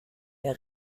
der